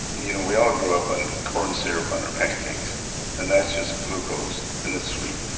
you know we all grew up on corn syrup on our pancakes and that's just glucose and it's sweet.